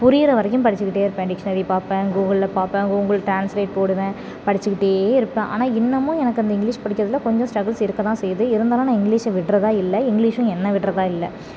புரியுற வரைக்கும் படிச்சுக்கிட்டே இருப்பேன் டிக்ஷனரி பார்ப்பேன் கூகுளில் பார்ப்பேன் கூகுள் ட்ரான்ஸ்லேட் போடுவேன் படிச்சுக்கிட்டே இருப்பேன் ஆனால் இன்னமும் எனக்கு அந்த இங்கிலிஷ் படிக்கிறதில் கொஞ்சோம் ஸ்ட்ரகில்ஸ் இருக்கத்தான் செய்யுது இருந்தாலும் நான் இங்கிலிஷை விடுறதா இல்லை இங்கிலிஷும் என்னை விடுறதா இல்லை